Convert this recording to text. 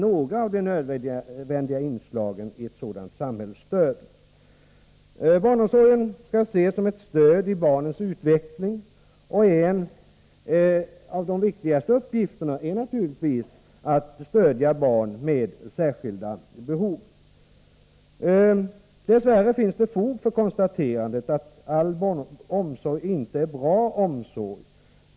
Barnomsorgen skall ses som ett stöd i barnens utveckling. En av dess viktigaste uppgifter är att stödja barn med särskilda behov. Dess värre finns det fog för konstaterandet att all omsorg inte är bra omsorg.